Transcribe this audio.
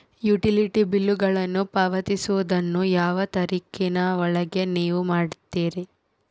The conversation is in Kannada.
ಯುಟಿಲಿಟಿ ಬಿಲ್ಲುಗಳನ್ನು ಪಾವತಿಸುವದನ್ನು ಯಾವ ತಾರೇಖಿನ ಒಳಗೆ ನೇವು ಮಾಡುತ್ತೇರಾ?